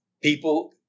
People